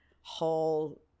whole